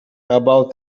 about